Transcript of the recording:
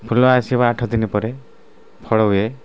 ଫୁଲ ଆସିବା ଆଠ ଦିନି ପରେ ଫଳ ହୁଏ